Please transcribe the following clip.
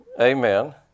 Amen